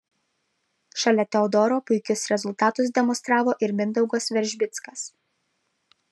šalia teodoro puikius rezultatus demonstravo ir mindaugas veržbickas